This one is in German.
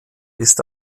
ist